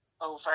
over